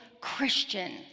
Christian